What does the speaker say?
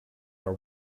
are